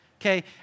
okay